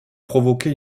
provoquer